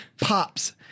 pops